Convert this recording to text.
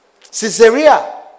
Caesarea